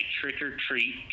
trick-or-treat